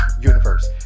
universe